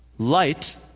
Light